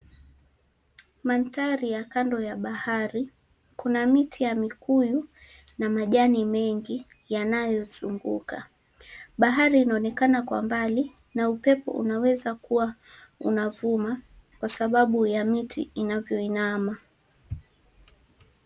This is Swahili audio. Mandhari ya kando ya bahari, kuna miti ya mikuyu na majani mengi yanayozunguka. Bahari inaonekana kwa mbali na upepo unaweza kuwa unavuma kwa sababu ya miti inavyoinama.